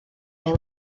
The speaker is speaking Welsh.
ail